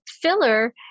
filler